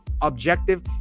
objective